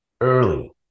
early